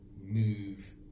move